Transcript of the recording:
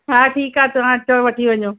हा ठीकु आहे तव्हां अचो वठी वञो